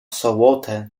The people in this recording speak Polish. sobotę